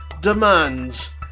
demands